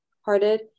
hearted